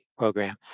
program